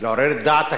לעורר את דעת הקהל.